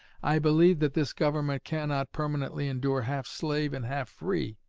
i believe that this government cannot permanently endure half slave and half free